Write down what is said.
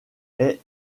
est